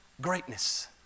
greatness